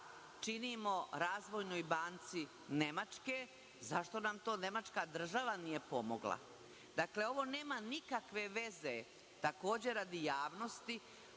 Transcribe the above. činimo Razvojnoj banci Nemačke, zašto nam to nemačka država nije pomogla? Dakle, ovo nema nikakve veze, takođe radi javnosti,